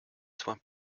soins